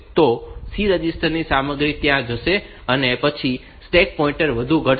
તો C register ની સામગ્રી ત્યાં જશે અને પછી સ્ટેક પોઇન્ટર વધુ ઘટશે